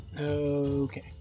Okay